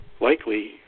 likely